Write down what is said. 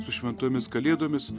su šventomis kalėdomis